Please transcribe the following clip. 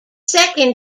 second